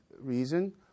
reason